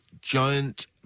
giant